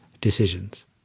decisions